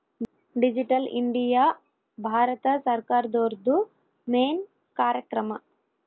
digital India Bharat ಸರ್ಕಾರ್ದೊರ್ದು main ಕಾರ್ಯಕ್ರಮ